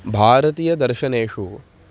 भारतीयदर्शनेषु